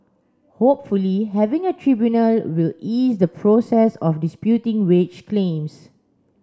hopefully having a tribunal will ease the process of disputing wage claims